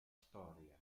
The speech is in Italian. storia